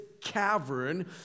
cavern